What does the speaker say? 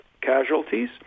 casualties